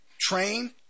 train